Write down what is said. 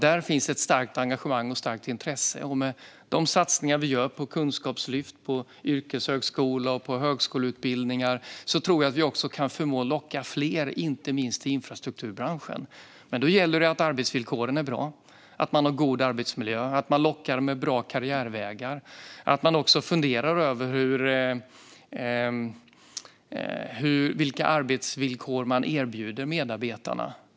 Där finns ett starkt engagemang och intresse, tror jag. Med de satsningar vi gör på kunskapslyft, yrkeshögskola och högskoleutbildningar tror jag att vi kan förmå att locka fler till inte minst infrastrukturbranschen. Då gäller det att arbetsvillkoren är bra och att man har god arbetsmiljö. Man måste locka med bra karriärvägar. Man behöver också fundera över vilka arbetsvillkor man erbjuder medarbetarna.